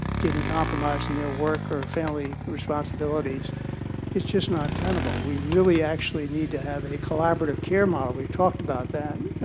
getting compromised in their work or family responsibilities is just not tenable. we really actually need to have a collaborative care model. we've talked about that.